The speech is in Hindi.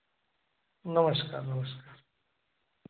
नमस्कार नमस्कार